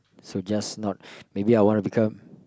so just not maybe I wanna become